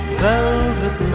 velvet